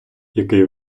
який